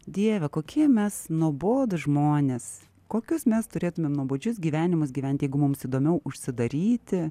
dieve kokie mes nuobodūs žmonės kokius mes turėtumėm nuobodžius gyvenimus gyvent jeigu mums įdomiau užsidaryti